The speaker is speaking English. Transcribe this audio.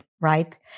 right